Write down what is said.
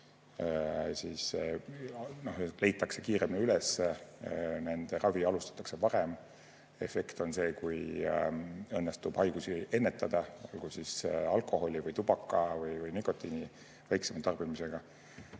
esiteks kiiremini üles, nende ravi alustatakse varem. Efekt on siis, kui õnnestub haigusi ennetada, olgu siis alkoholi või tubaka ja nikotiini väiksema tarbimisega.